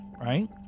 right